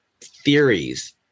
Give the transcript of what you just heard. theories